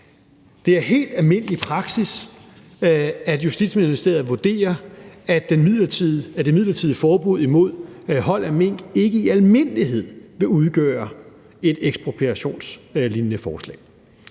Det er helt almindelig praksis, at Justitsministeriet vurderer, at det midlertidige forbud imod hold af mink ikke i almindelighed vil udgøre et ekspropriationslignende forslag.